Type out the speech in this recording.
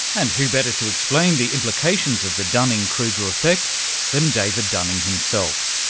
and who better to explain the implications of the dunning-kruger effect than david dunning himself,